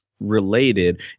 Related